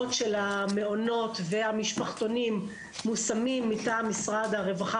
המעונות והמשפחתונים מושמים מטעם משרד הרווחה